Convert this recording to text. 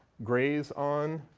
grazing on.